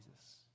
Jesus